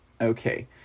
Okay